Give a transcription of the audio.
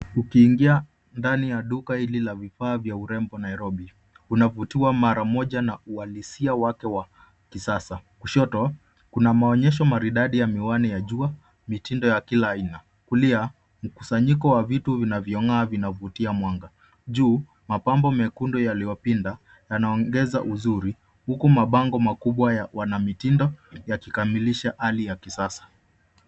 Ukiingia ndani ya duka hili la vifaa vya urembo Nairobi unavutiwa mara moja na uhalisia wake wa kisasa, kushoto kuna maonyesho maridadi ya miwani ya jua mitindo ya kila aina kulia mkusanyiko wa vitu vinavyong'aa vinavutia mwanga, juu mapambo mekundu yaliwapinda yanaongeza uzuri huku mabango makubwa ya wanamitindo ya kikamilisha hali ya kisasa.